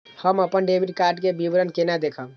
हम अपन debit card के विवरण केना देखब?